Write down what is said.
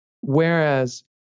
whereas